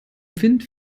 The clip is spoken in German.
wind